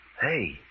Hey